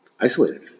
isolated